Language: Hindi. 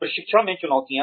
प्रशिक्षण में चुनौतियाँ